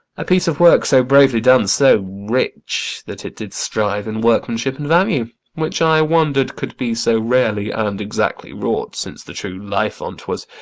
a piece of work so bravely done, so rich, that it did strive in workmanship and value which i wonder'd could be so rarely and exactly wrought, since the true life on't was